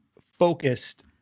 focused